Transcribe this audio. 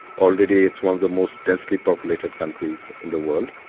already it's one of the most densely populated countries in the world,